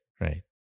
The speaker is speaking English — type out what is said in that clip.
Right